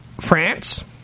France